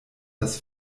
das